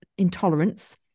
intolerance